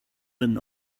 when